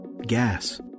gas